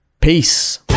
Peace